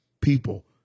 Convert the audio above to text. people